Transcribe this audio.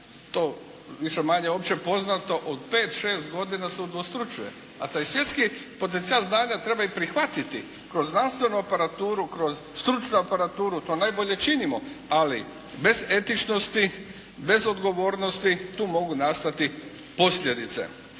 to više-manje uopće poznato, od 5-6 godina se udvostručuje, a taj svjetski potencijal znanja treba i prihvatiti kroz znanstvenu aparaturu, kroz stručnu aparaturu to najbolje činimo, ali bez etičnosti, bez odgovornosti tu mogu nastati posljedice.